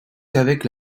qu’avec